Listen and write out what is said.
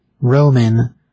Roman